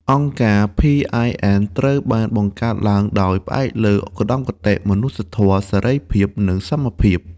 អង្គការ PIN ត្រូវបានបង្កើតឡើងដោយផ្អែកលើឧត្តមគតិមនុស្សធម៌ សេរីភាព និងសមភាព។